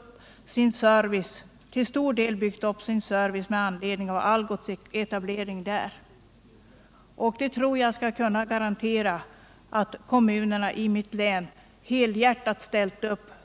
Lycksele kommun har till stor del byggt upp sin service med anledning av Algots etablering där. Jag tror att jag kan garantera att kommunerna i mitt län,